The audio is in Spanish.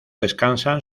descansan